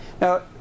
Now